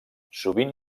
sovint